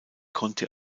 konnte